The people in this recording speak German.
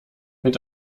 mit